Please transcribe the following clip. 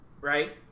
Right